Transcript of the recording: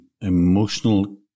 emotional